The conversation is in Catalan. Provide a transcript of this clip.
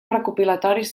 recopilatoris